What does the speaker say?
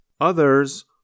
Others